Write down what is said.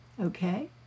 okay